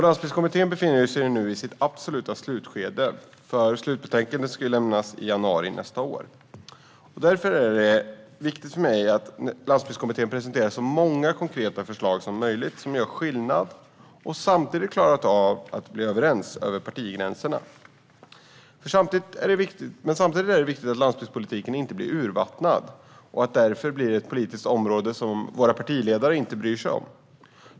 Landsbygdskommittén befinner sig nu i sitt absoluta slutskede. Slutbetänkandet ska lämnas i januari nästa år. Därför har det varit viktigt för mig att Landsbygdskommittén presenterar så många konkreta förslag som möjligt som gör skillnad och som vi samtidigt klarar av att bli överens om över partigränserna. Men samtidigt är det viktigt att landsbygdspolitiken inte blir urvattnad och blir ett politiskt område som våra partiledare inte bryr sig om.